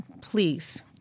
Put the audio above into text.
please